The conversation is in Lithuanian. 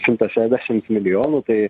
šimtą šešdiašimt milijonų tai